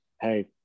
hey